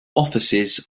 offices